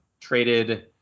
traded